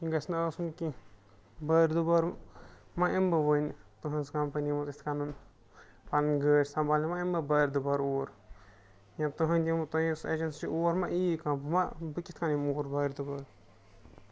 یہِ گژھِ نہٕ آسُن کینٛہہ باردُبارٕ ما یِمہٕ بہٕ وۄنۍ تُہٕنٛز کَمپٔنی منٛز یِتھ کٕنۍ پَنٕنۍ گٲڑۍ سَنٛبھالنہِ وۄنۍ یِم نہٕ باردُبارِ اور یا تُہٕنٛدی یِم تۄہہِ یۄس ایجَنسی اور ما ییہِ کانٛہہ بہٕ ما بہٕ کِتھ کٕنۍ یِمہٕ اور باردُبار